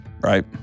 right